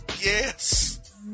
Yes